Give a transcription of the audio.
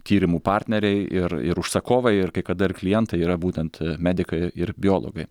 tyrimų partneriai ir ir užsakovai ir kai kada ir klientai yra būtent medikai ir biologai